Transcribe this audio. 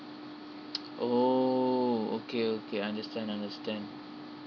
oh okay okay understand understand